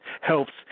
helps